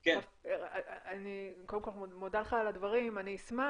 אני קודם כל מודה לך על הדברים, אני אשמח,